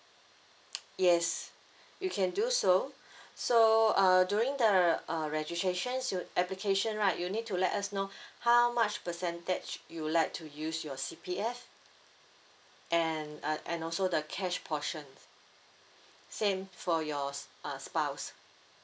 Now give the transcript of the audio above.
yes you can do so so uh during the uh registrations you application right you need to let us know how much percentage you would like to use your C_P_F and uh and also the cash portion same for your s~ uh spouse